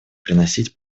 приносить